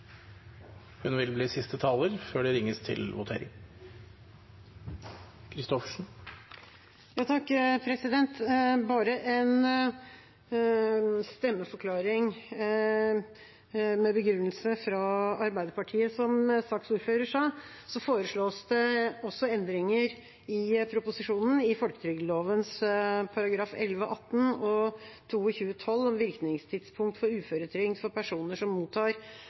Bare en stemmeforklaring med begrunnelse fra Arbeiderpartiet. Som saksordføreren sa, foreslås det også endringer i proposisjonen i folketrygdloven §§ 11-18 og 22-12, om virkningstidspunkt for uføretrygd for personer som mottar